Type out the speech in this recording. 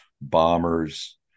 bombers